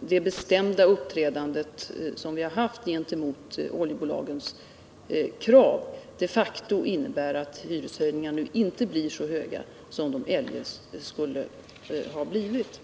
det bestämda uppträdande som vi visat gentemot oljebolagens krav de facto innebär att hyreshöjningarna nu inte blir så höga som de eljest skulle ha blivit.